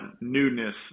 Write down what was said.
newness